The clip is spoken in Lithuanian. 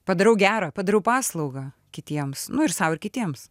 padarau gera padarau paslaugą kitiems nu ir sau ir kitiems